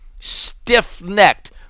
stiff-necked